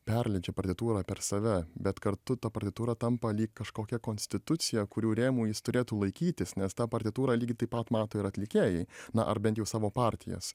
perleidžia partitūrą per save bet kartu ta partitūra tampa lyg kažkokia konstitucija kurių rėmų jis turėtų laikytis nes tą partitūrą lygiai taip pat mato ir atlikėjai na ar bent jau savo partijas